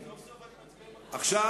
סוף-סוף, עכשיו,